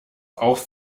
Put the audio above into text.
auch